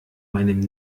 meinem